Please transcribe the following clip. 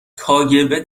کاگب